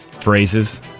phrases